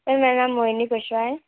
sir मेरा नाम मोहिनी कुशवाहा है